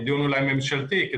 אולי דיון ממשלתי,